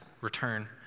return